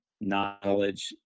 knowledge